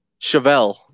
Chevelle